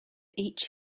each